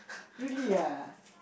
really ah